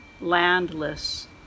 landless